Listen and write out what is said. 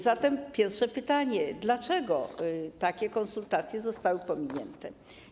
Zatem pierwsze pytanie: Dlaczego takie konsultacje zostały pominięte?